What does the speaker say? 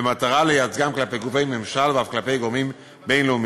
במטרה לייצגם כלפי גופי ממשל ואף כלפי גורמים בין-לאומיים.